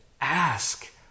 ask